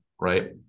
right